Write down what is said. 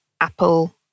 apple